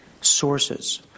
sources